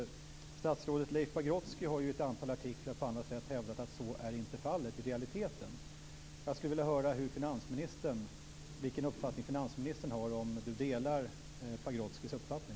Statsrådet Leif Pagrotsky har ju i ett antal artiklar och på andra sätt hävdat att så inte är fallet i realiteten. Jag skulle vilja höra vilken uppfattning som finansministern har, om han delar Leif Pagrotskys uppfattning.